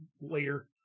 later